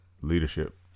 leadership